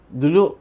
dulu